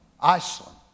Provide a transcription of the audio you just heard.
Iceland